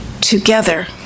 together